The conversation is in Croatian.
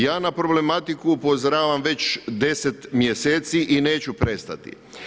Ja na problematiku upozoravam već 10 mjeseci i neću prestati.